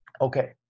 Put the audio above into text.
Okay